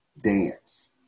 dance